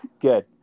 Good